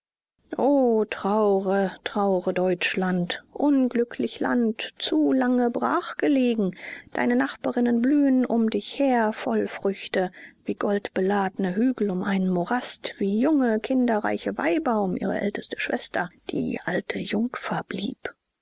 o traure traure deutschland unglücklich land zu lange brachgelegen deine nachbarinnen blühen um dich her voll früchte wie goldbeladne hügel um einen morast wie junge kinderreiche weiber um ihre älteste schwester die alte jungfer blieb